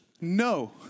No